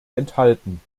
enthalten